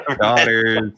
daughters